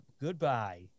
goodbye